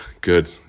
good